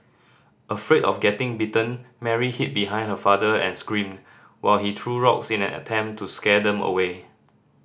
afraid of getting bitten Mary hid behind her father and screamed while he threw rocks in an attempt to scare them away